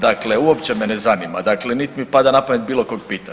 Dakle, uopće me ne zanima, dakle niti mi pada na pamet bilo koga pitati.